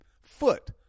foot